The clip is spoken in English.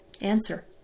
answer